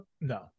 No